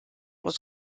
was